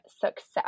success